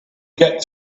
get